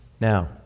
Now